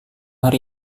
hari